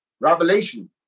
Revelation